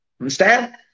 Understand